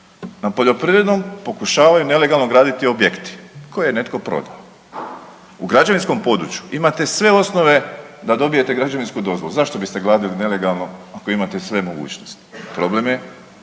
na poljoprivrednom pokušavaju nelegalno graditi objekti koje je netko prodao. U građevinskom području imate sve osnove da dobijete građevinsku dozvolu. Zašto bi ste gradili nelegalno ako imate sve mogućnosti? Problem je